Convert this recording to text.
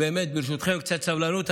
שטרית, קצת סבלנות.